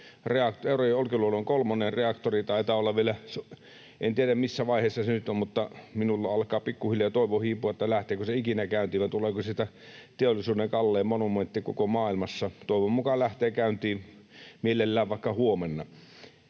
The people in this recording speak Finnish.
Eurajoen Olkiluoto kolmosen reaktori taitaa olla vielä… En tiedä, missä vaiheessa se nyt on, mutta minulla alkaa pikkuhiljaa toivo hiipua sen suhteen, lähteekö se ikinä käyntiin ja tuleeko siitä teollisuuden kallein monumentti koko maailmassa. Toivon mukaan lähtee käyntiin, mielellään vaikka huomenna.